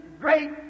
great